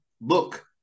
look